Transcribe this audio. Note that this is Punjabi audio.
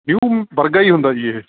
ਨਿਊ ਵਰਗਾ ਹੀ ਹੁੰਦਾ ਜੀ ਇਹ